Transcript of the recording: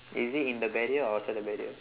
is it in the barrier or outside the barrier